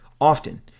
often